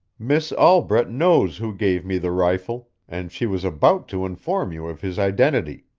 miss albret knows who gave me the rifle, and she was about to inform you of his identity.